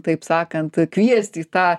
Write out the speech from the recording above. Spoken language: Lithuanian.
taip sakant kviest į tą